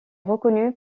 reconnu